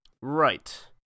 Right